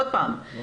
עוד פעם,